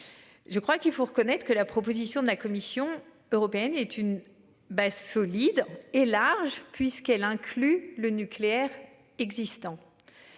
Je crois qu'il faut reconnaître que la proposition de la Commission européenne est une base solide et large puisqu'elle inclut le nucléaire existant.